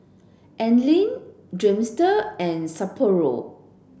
Anlene Dreamster and Sapporo